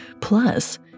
Plus